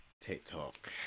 TikTok